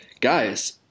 Guys